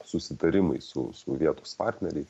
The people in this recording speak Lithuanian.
susitarimai su vietos partneriais